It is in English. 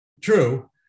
true